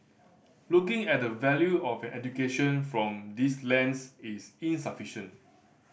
looking at the value of an education from this lens is insufficient